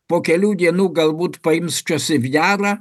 po kelių dienų galbūt paims čosivjerą